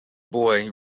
boy